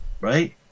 Right